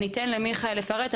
ואני אתן למיכאל לפרט.